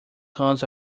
cons